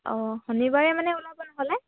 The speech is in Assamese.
অঁ শনিবাৰে মানে ওলাব নহ'লে